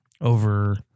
over